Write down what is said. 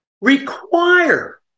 require